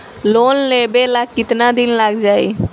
Loan लेबे ला कितना दिन लाग जाई?